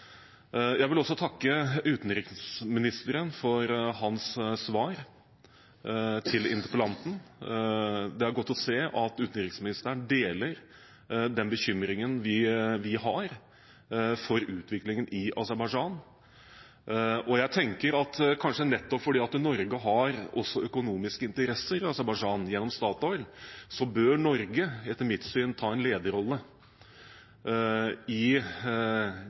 Jeg vil også takke utenriksministeren for hans svar til interpellanten. Det er godt å se at utenriksministeren deler den bekymringen vi har for utviklingen i Aserbajdsjan. Jeg tenker at kanskje nettopp fordi Norge også har økonomiske interesser i Aserbajdsjan, gjennom Statoil, bør Norge, etter mitt syn, ta en lederrolle i